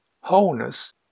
Wholeness